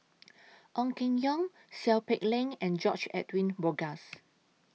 Ong Keng Yong Seow Peck Leng and George Edwin Bogaars